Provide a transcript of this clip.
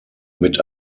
mit